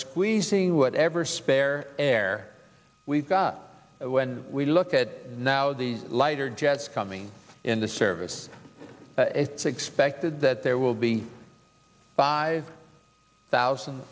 squeezing whatever spare air we've got when we look at now the lighter jets coming into service it's expected that there will be five thousand